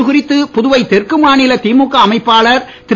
இதுகுறித்து புதுவை தெற்கு மாநில திமுக அமைப்பாளர் திரு